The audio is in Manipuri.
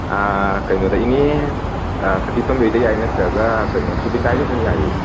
ꯀꯩꯅꯣꯗ ꯏꯅꯦ ꯁꯈꯤꯇꯣꯝꯕꯤ ꯍꯣꯏꯗ ꯌꯥꯏ ꯅꯠꯇ꯭ꯔꯒꯥ ꯀꯩꯅꯣ ꯁꯨꯕꯤꯇꯥ ꯍꯣꯏꯗꯁꯨ ꯑꯗꯨꯝ ꯌꯥꯏꯌꯦ